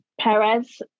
Perez